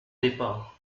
départ